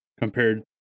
compared